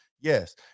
Yes